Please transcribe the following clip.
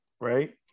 right